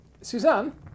Suzanne